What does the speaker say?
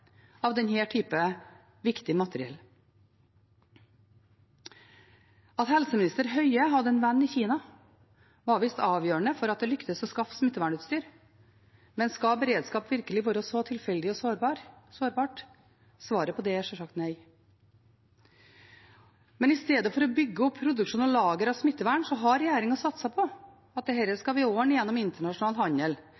av denne typen viktig materiell. At helseminister Høie hadde en venn i Kina, var visst avgjørende for at det lyktes å skaffe smittevernutstyr, men skal beredskap virkelig være så tilfeldig og sårbart? Svaret på det er sjølsagt nei. I stedet for å bygge opp produksjon og lager av smittevern har regjeringen satset på at